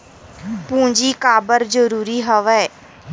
पूंजी काबर जरूरी हवय?